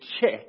check